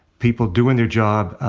people doing their job,